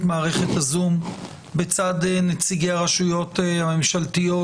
מערכת הזום לצד נציגי הרשויות הממשלתיות,